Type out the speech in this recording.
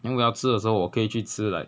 then 我要吃的时候我可以去吃 like